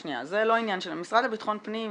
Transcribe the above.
זה לא עניין של המשרד לביטחון פנים,